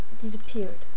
disappeared